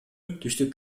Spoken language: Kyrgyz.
түштүк